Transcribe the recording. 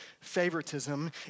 favoritism